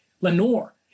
Lenore